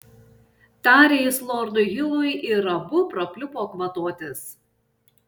tarė jis lordui hilui ir abu prapliupo kvatotis